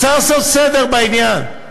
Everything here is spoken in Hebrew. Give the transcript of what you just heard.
וצריך לעשות סדר בעניין.